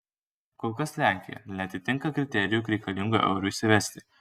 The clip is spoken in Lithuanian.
kol kas lenkija neatitinka kriterijų reikalingų eurui įsivesti